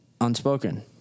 unspoken